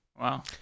Wow